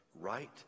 right